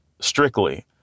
strictly